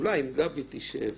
אולי אם גבי תשב